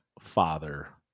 father